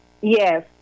Yes